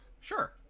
Sure